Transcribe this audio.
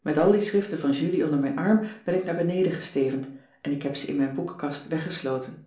met al die schriften van julie onder mijn arm ben ik naar beneden gestevend en ik heb ze in mijn boekenkast weggesloten